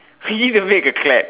we need to make a clap